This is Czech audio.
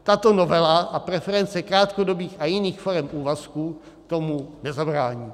Tato novela a preference krátkodobých a jiných forem úvazků tomu nezabrání.